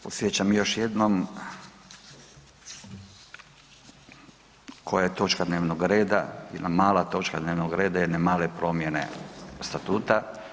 Podsjećam još jednom koja je točka dnevnog reda, jedna mala točka dnevnog reda jedne male promjene statuta.